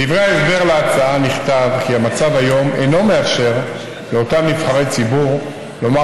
בדברי ההסבר להצעה נכתב כי "המצב היום אינו מאפשר לאותם נבחרי ציבור לומר